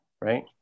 Right